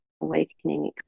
awakening